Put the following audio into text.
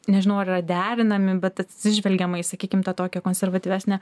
nežinau ar yra derinami bet atsižvelgiama į sakykim tą tokią konservatyvesnę